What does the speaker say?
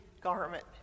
garment